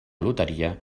loteria